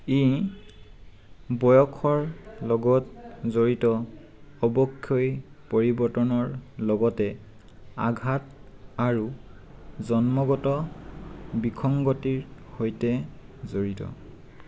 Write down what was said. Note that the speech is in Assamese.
ই বয়সৰ লগত জড়িত অৱক্ষয়ী পৰিৱৰ্তনৰ লগতে আঘাত আৰু জন্মগত বিসংগতিৰ সৈতে জড়িত